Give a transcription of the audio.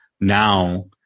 now